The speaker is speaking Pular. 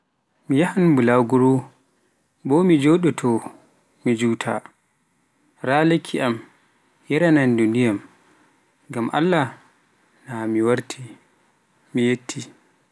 Mi yahan bulaguro, bo mi jooɗo haa juutai, raa lekki am, yaranan du ndiyam gam Allah na mi warti, miyetti.